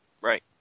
Right